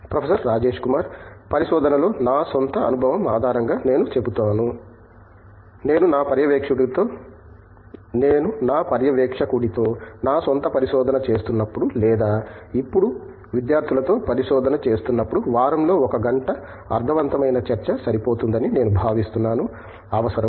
professor Rajesh Kumar పరిశోధనలో నా స్వంత అనుభవం ఆధారంగా నేను చెబుతాను నేను నా పర్యవేక్షకుడితో నా స్వంత పరిశోధన చేస్తున్నప్పుడు లేదా ఇప్పుడు విద్యార్థులతో పరిశోధన చేస్తున్నప్పుడు వారంలో ఒక గంట అర్ధవంతమైన చర్చ సరిపోతుందని నేను భావిస్తున్నాను అవసరం